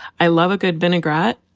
i love a good vinegarette,